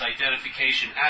identification